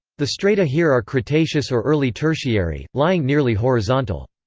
the strata here are cretaceous or early tertiary, lying nearly horizontal.